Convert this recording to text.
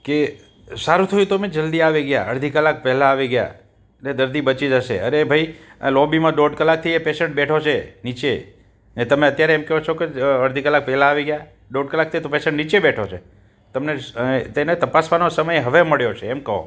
કે સારું થયું તમે જલદી આવી ગયા અડધી કલાક પહેલાં આવી ગયા ને દર્દી બચી જશે અરે ભાઈ અહીં લોબીમાં દોઢ કલાકથી એ પેશન્ટ બેઠો છે નીચે ને તમે અત્યારે એમ કહો છો કે અડધી કલાક પહેલાં આવી ગયા દોઢ કલાકથી તો આ પેશન્ટ નીચે બેઠો છે તમને તેને તપાસવાનો સમય હવે મળ્યો છે એમ કહો